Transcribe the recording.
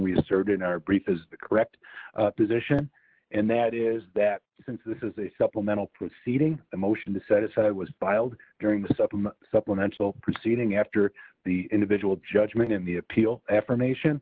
we serve in our brief is the correct position and that is that since this is a supplemental proceeding the motion to set aside was filed during the sub supplemental proceeding after the individual judgment in the appeal affirmation